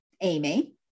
Amy